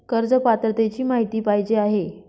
कर्ज पात्रतेची माहिती पाहिजे आहे?